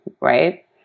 right